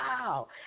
wow